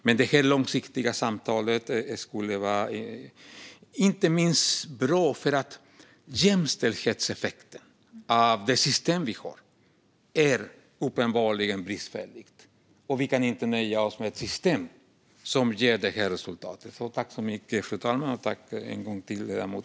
Men det långsiktiga samtalet skulle vara bra, för jämställdhetseffekten av det system vi har är uppenbarligen bristfällig. Vi kan inte nöja oss med ett system som ger detta resultat.